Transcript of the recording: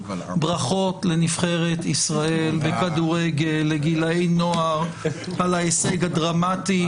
ברכות לנבחרת ישראל בכדורגל לגילאי נוער על ההישג הדרמטי,